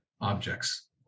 objects